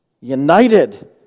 united